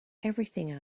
everything